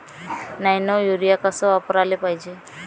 Nano urea कस वापराले पायजे?